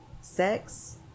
sex